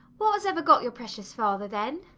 what has ever got your precious father then?